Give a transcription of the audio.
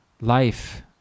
life